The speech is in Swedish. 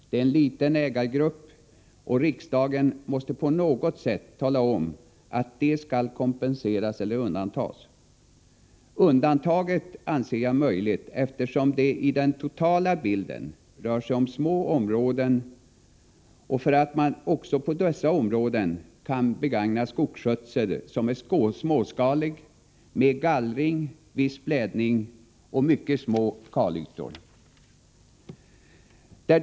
De är en liten ägargrupp, och riksdagen måste på något sätt tala om att de skall kompenseras eller undantas. Ett undantag anser jag vara möjligt, eftersom det i den totala bilden rör sig om små områden och man på dessa områden kan begagna en skogsskötsel som är småskalig, med gallring, viss blädning och mycket begränsade kalytor.